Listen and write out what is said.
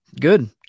Good